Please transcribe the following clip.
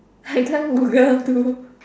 I can't Google too